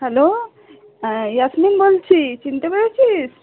hello হ্যাঁ ইয়াসমিন বলছি চিনতে পেরেছিস